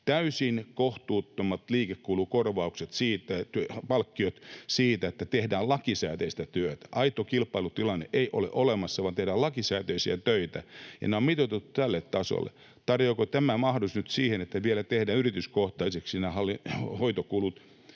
Täysin kohtuuttomat palkkiot siitä, että tehdään lakisääteistä työtä. Aitoa kilpailutilannetta ei ole olemassa, vaan tehdään lakisääteisiä töitä, ja nämä on mitoitettu tälle tasolle. Tarjoaako tämä mahdollisuuden nyt siihen, että vielä tehdään yrityskohtaisiksi nämä hoitokulut,